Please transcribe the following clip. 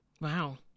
Wow